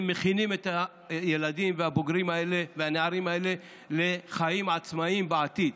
הם מכינים את הילדים והבוגרים האלה והנערים האלה לחיים עצמאיים בעתיד,